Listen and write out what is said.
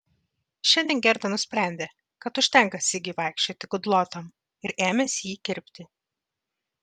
šiandien gerda nusprendė kad užtenka sigiui vaikščioti kudlotam ir ėmėsi jį kirpti